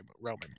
Roman